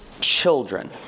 children